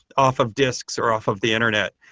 off of discs or off of the internet.